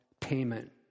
payment